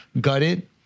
gutted